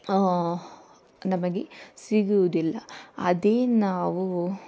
ನಮಗೆ ಸಿಗುವುದಿಲ್ಲ ಅದೇ ನಾವು